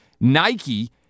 Nike